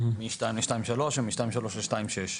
מ-2 ל-2.3 ומ-2.3 ל-2.6,